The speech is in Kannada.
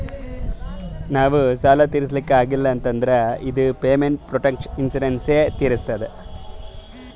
ನಾವ್ ಸಾಲ ತಿರುಸ್ಲಕ್ ಆಗಿಲ್ಲ ಅಂದುರ್ ಇದು ಪೇಮೆಂಟ್ ಪ್ರೊಟೆಕ್ಷನ್ ಇನ್ಸೂರೆನ್ಸ್ ಎ ತಿರುಸ್ತುದ್